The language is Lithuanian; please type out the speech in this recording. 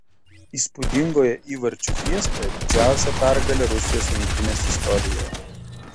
įspūdingoje įvarčių fiestoje didžiausia pergalė rusijos rinktinės istorijoje